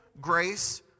grace